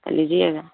लीजिएगा